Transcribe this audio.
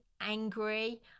angry